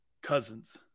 cousins